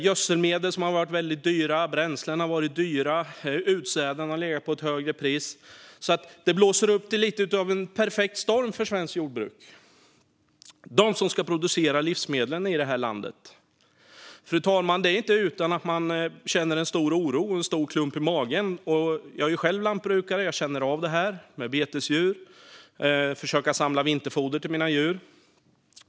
Gödselmedlen har varit väldigt dyra, bränslena har varit dyra och utsädena har haft ett högre pris. Det blåser alltså upp till lite grann av en perfekt storm för svenskt jordbruk som ska producera livsmedlen i detta land. Fru talman! Det är inte utan att man känner en stor oro och en stor klump i magen. Jag är själv lantbrukare med betesdjur och känner av detta och försöker samla vinterfoder till mina djur.